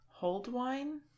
Holdwine